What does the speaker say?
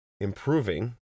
improving